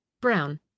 brown